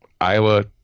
Iowa